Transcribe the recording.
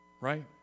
right